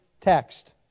text